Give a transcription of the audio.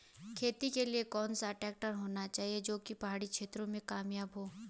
खेती के लिए कौन सा ट्रैक्टर होना चाहिए जो की पहाड़ी क्षेत्रों में कामयाब हो?